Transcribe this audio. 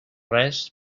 res